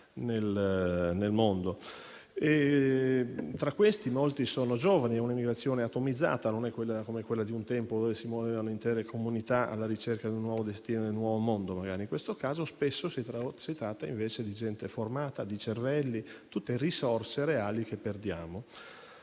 di cui molti sono giovani. È un'emigrazione atomizzata, non come quella di un tempo quando si muovevano intere comunità, magari alla ricerca di un nuovo destino nel nuovo mondo; in questo caso, spesso, si tratta invece di gente formata, di cervelli, di risorse reali che perdiamo.